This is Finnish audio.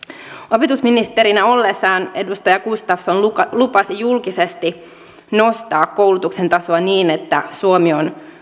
opetusministerinä ollessaan edustaja gustafsson lupasi julkisesti nostaa koulutuksen tasoa niin että suomi on